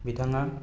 बिथाङा